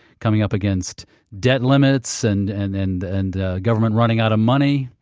coming up against debt limits and and and and the government running out of money?